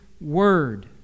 word